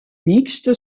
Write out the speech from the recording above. mixte